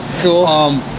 cool